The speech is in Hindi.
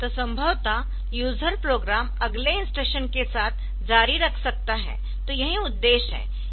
तो संभवतः यूजर प्रोग्राम अगले इंस्ट्रक्शन के साथ जारी रख सकता है तो यही उद्देश्य है